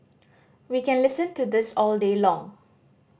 we can listen to this all day long